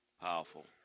Powerful